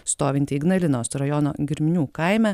stovintį ignalinos rajono girionių kaime